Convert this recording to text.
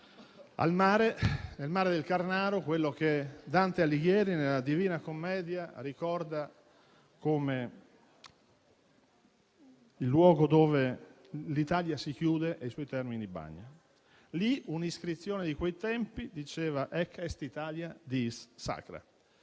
Aidussina nel mare del Carnaro, quello che Dante Alighieri nella «Divina Commedia» ricorda come il luogo dove l'Italia si «chiude e suoi termini bagna». Lì un'iscrizione di quei tempi diceva *haec est Italia diis sacra*.